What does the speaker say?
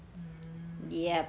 mm